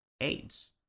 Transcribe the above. AIDS